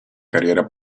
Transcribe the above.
carriera